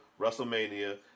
WrestleMania